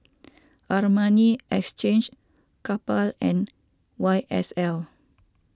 Armani Exchange Kappa and Y S L